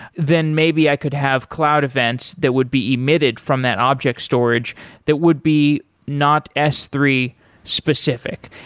then maybe i could have cloud events that would be emitted from that object storage that would be not s three specific.